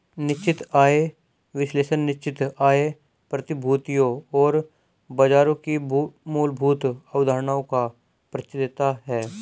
निश्चित आय विश्लेषण निश्चित आय प्रतिभूतियों और बाजारों की मूलभूत अवधारणाओं का परिचय देता है